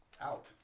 out